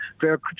fair